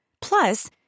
Plus